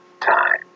time